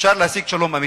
אפשר להשיג שלום אמיתי.